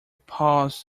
paused